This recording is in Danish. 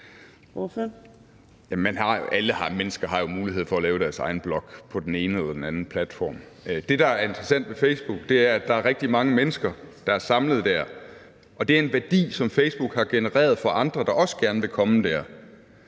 Alle mennesker har jo mulighed for at lave deres egen blog på den ene eller den anden platform. Det, der er interessant ved Facebook, er, at der er rigtig mange mennesker, der er samlet der. Det er en værdi, som Facebook har genereret for andre, som også gerne vil komme der.